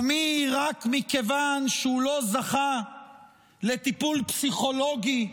ומי רק מכיוון שהוא לא זכה לטיפול פסיכולוגי בזמן,